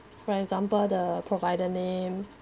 for example the provider name